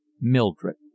Mildred